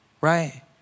right